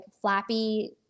flappy